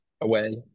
away